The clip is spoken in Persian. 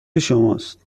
شماست